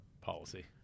policy